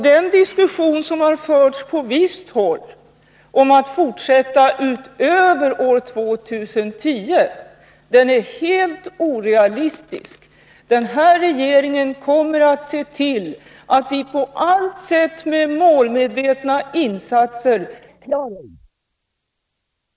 Den diskussion som har förts på visst håll om att fortsätta utöver år 2010 är helt orealistisk. Den nuvarande regeringen kommer att se till att vi på allt sätt med målmedvetna insatser följer de beslut som har fattats efter folkomröstningen. Alternativen skall fram. Vi skall klara av den uppgiften.